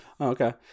Okay